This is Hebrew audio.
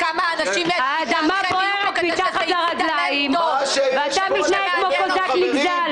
האדמה בוערת מתחת לרגלים ואתה מתנהג כמו קוזק נגזל.